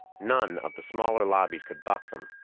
none of the smaller lobbies could buck them,